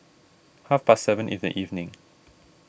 half past seven in the evening